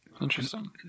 Interesting